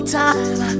time